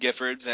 Giffords